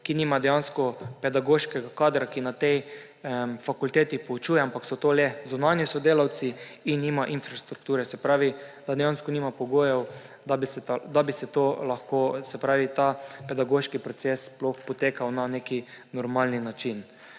nima pedagoškega kadra, ki na tej fakulteti poučuje, ampak so to le zunanji sodelavci, in nima infrastrukture. Se pravi, dejansko nima pogojev, da bi lahko ta pedagoški proces sploh potekal na nek normalen način.